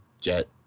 jet